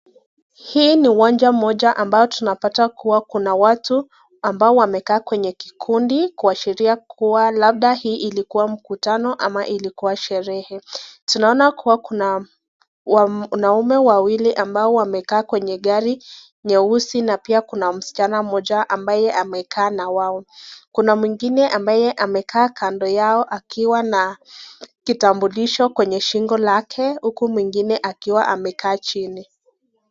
Hii ni uwanja mmoja ambayo tunapata kuwa kuna watu ambao wamekaa kwenye kikundi kuashiria kuwa labda hii ilikuwa mkutano ama ilikuwa sherehe. Tunaona kuwa kuna wanaume wawili ambao wamekaa kwenye gari yeusi na pia kuna msichana mmoja ambaye amekaa na wao. Kuna mwingine ambaye amekaa kando yao akiwa na kitambulisho kwenye shingo lake huku mwingine akiwa amekaa chini.